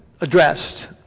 addressed